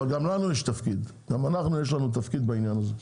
אבל גם לנו יש תפקיד בעניין הזה.